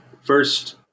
first